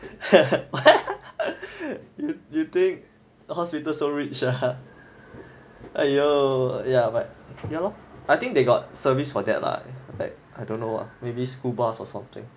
you think the hospital so rich ah ha !aiyo! ya but ya lor ya I think they got service for that lah like I don't know ah maybe school bus or something